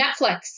Netflix